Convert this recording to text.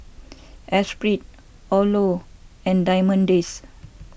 Esprit Odlo and Diamond Days